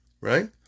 right